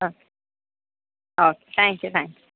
okay okay thank you thank you